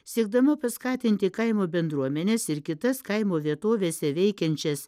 siekdama paskatinti kaimo bendruomenes ir kitas kaimo vietovėse veikiančias